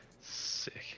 Sick